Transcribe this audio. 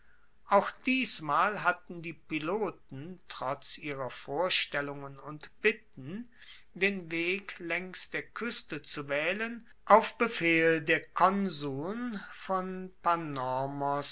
auch diesmal hatten die piloten trotz ihrer vorstellungen und bitten den weg laengs der kueste zu waehlen auf befehl der konsuln von